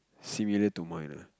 similar to mine ah